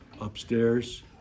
upstairs